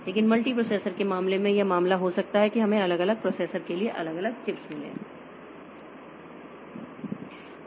लेकिन multi processor के मामले में यह मामला हो सकता है कि हमें अलग अलग प्रोसेसर के लिए अलग अलग चिप्स मिले हैं